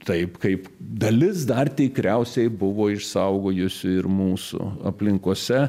taip kaip dalis dar tikriausiai buvo išsaugojusi ir mūsų aplinkose